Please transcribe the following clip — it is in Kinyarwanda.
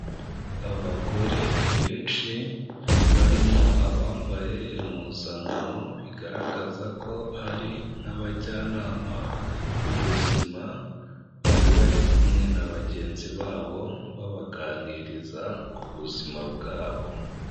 Abagore benshi barimo abambaye impuzankano bigaragaza ko ari nk'abajyanama b'ubuzima, bari bari kumwe na bagenzi babo babaganiriza ku buzima bwabo.